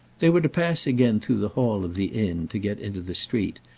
they were to pass again through the hall of the inn to get into the street,